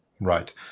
Right